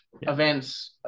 events